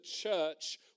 church